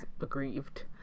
aggrieved